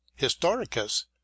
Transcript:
Historicus